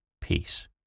peace